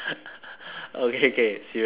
okay K serious serious